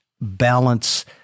balance